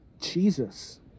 Jesus